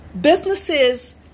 Businesses